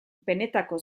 benetako